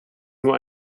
nur